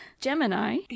Gemini